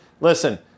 listen